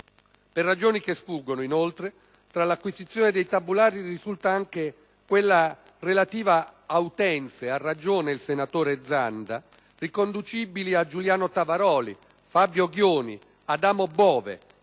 Per ragioni che sfuggono, inoltre, tra l'acquisizione dei tabulati risulta anche quella relativa ad utenze - ha ragione il senatore Zanda - riconducibili a Giuliano Tavaroli, Fabio Ghioni e Adamo Bove,